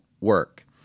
work